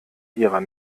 ihrer